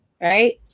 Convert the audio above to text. right